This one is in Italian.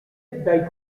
dai